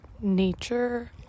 nature